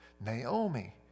Naomi